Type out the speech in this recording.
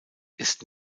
ist